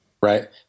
right